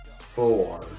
four